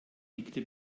nickte